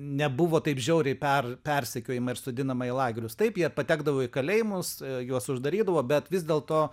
nebuvo taip žiauriai per persekiojima ir sodinama į lagerius taip jie patekdavo į kalėjimus juos uždarydavo bet vis dėlto